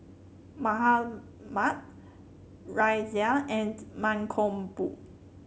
Mahatma Razia and Mankombu